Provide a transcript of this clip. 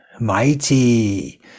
mighty